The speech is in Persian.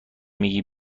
میگی